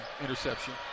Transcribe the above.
interception